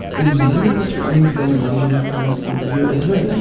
is very much coming from a decision science point of view as well. um